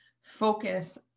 focus